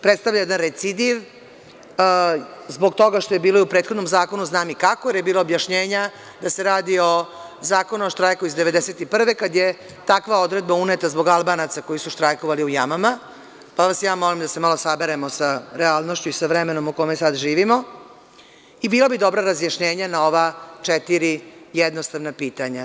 Predstavlja jedan recidiv zbog toga što je bilo i u prethodnom zakonu, znam i kako, jer je bilo objašnjenja da se radi o Zakonu o štrajku iz 1991. godine kad je takva odredba uneta zbog Albanaca koji su štrajkovali u jamama, pa vas ja molim da se malo saberemo sa realnošću i sa vremenom u kome sad živimo i bilo bi dobro razjašnjenje na ova četiri jednostavna pitanja.